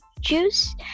Juice